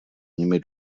nimi